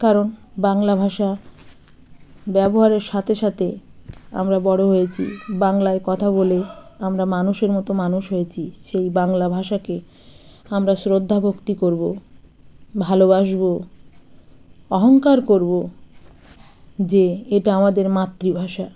কারণ বাংলা ভাষা ব্যবহারের সাথে সাথে আমরা বড়ো হয়েছি বাংলায় কথা বলে আমরা মানুষের মতো মানুষ হয়েছি সেই বাংলা ভাষাকে আমরা শ্রদ্ধা ভক্তি করবো ভালোবাসবো অহংকার করবো যে এটা আমাদের মাতৃভাষা